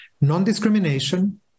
non-discrimination